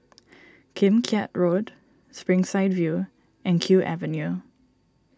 Kim Keat Road Springside View and Kew Avenue